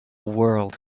world